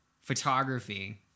photography